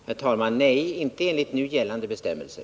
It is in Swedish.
Herr talman! Nej, inte enligt nu gällande bestämmelser.